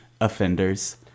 offenders